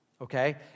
okay